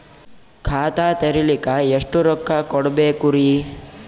ಖಾತಾ ತೆರಿಲಿಕ ಎಷ್ಟು ರೊಕ್ಕಕೊಡ್ಬೇಕುರೀ?